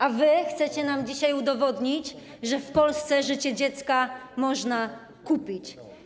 A wy chcecie nam dzisiaj udowodnić, że w Polsce życie dziecka można kupić.